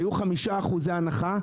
היו 5% הנחה,